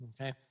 Okay